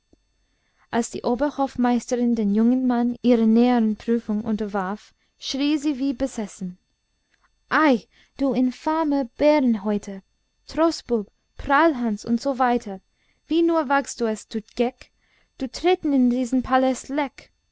als die oberhofmeisterin den jungen mann ihrer nähern prüfung unterwarf schrie sie wie besessen ei du infamer bärenhäuter troßbub prahlhans und so weiter wie nur wagst du es du geck zu treten in diesen palast leck